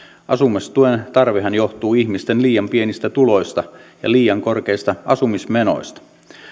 asumistuen tarvehan johtuu ihmisten liian pienistä tuloista ja liian korkeista asumismenoista